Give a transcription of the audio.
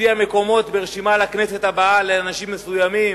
הציע מקומות ברשימה לכנסת הבאה לאנשים מסוימים,